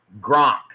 Gronk